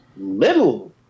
Little